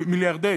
מיליארד.